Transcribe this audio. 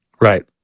Right